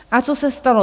A co se stalo?